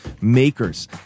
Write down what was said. makers